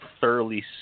thoroughly